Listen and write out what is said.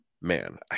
man